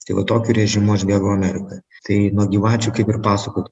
tai va tokiu režimu aš bėgau amerikoj tai nuo gyvačių kaip ir pasakojau